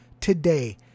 today